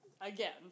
Again